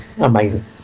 Amazing